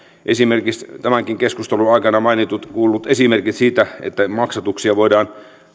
esimerkiksi tämänkin keskustelun aikana mainitut ja kuullut esimerkit siitä että maksatuksia voidaan